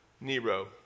Nero